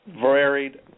varied